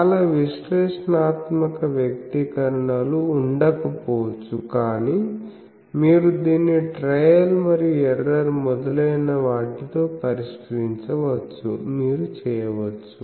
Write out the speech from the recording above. చాలా విశ్లేషణాత్మక వ్యక్తీకరణలు ఉండకపోవచ్చు కానీ మీరు దీన్ని ట్రయల్ మరియు ఎర్రర్ మొదలైన వాటితో పరిష్కరించవచ్చు మీరు చేయవచ్చు